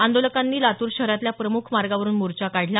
आंदोलकांनी लातूर शहरातल्या प्रमुख मागांवरुन मोर्चा काढला